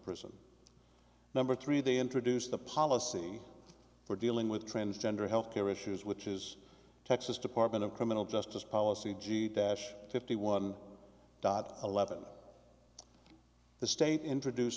prison number three they introduced the policy for dealing with transgender health care issues which is texas department of criminal justice policy e g fifty one dot eleven the state introduced